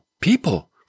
people